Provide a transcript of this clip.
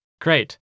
Great